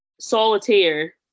Solitaire